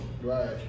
Right